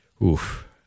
oof